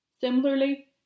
Similarly